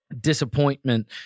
disappointment